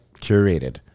curated